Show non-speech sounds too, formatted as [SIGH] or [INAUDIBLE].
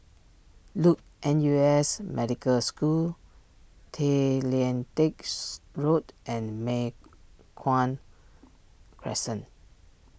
Luke N U S Medical School Tay Lian Teck [NOISE] Road and Mei Hwan Crescent